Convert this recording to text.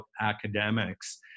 academics